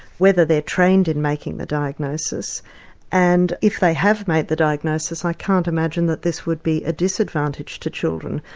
whether they are trained in making the diagnosis and if they have made the diagnosis i can't imagine that this would be a disadvantage to the children.